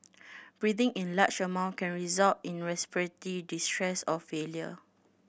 breathing in large amount can result in respiratory distress or failure